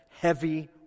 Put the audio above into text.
heavy